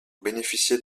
bénéficier